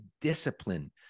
discipline